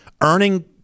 earning